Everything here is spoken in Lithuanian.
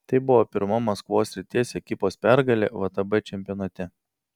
tai buvo pirma maskvos srities ekipos pergalė vtb čempionate